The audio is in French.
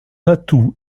atout